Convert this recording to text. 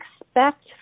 expect